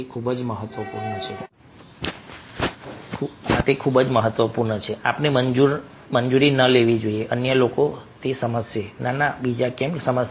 ખૂબ જ મહત્વપૂર્ણ છે કે આપણે મંજૂર ન લેવું જોઈએ કે અન્ય લોકો સમજશે ના ના બીજા કેમ સમજશે